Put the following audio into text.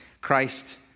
Christ